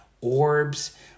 orbs